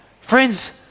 Friends